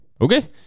Okay